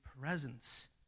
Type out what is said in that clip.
presence